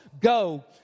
go